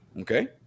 okay